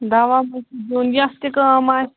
دوا دیُن یَتھ تہِ کٲم آسہِ